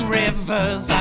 rivers